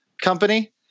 company